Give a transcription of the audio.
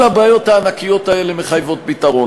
כל הבעיות הענקיות האלה מחייבות פתרון.